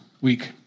week